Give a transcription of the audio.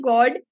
God